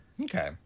Okay